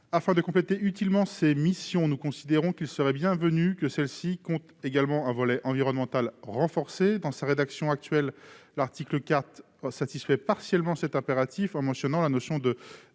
Afin de compléter utilement ces missions, il serait bienvenu qu'elles comportent également un volet environnemental renforcé. Dans sa rédaction actuelle, l'article 4 ne satisfait que partiellement cet impératif, en mentionnant la notion de